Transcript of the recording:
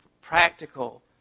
practical